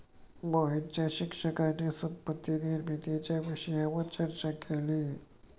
मोहितच्या शिक्षकाने संपत्ती निर्मितीच्या विषयावर चर्चा केली